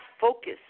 focus